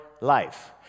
life